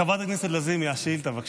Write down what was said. חברת הכנסת לזימי, השאילתה, בבקשה.